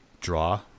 draw